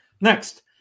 Next